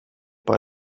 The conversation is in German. bei